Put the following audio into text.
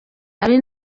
ari